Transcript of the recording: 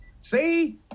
See